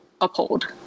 uphold